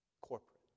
corporate